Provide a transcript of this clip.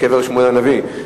בקבר שמואל הנביא,